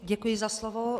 Děkuji za slovo.